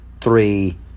three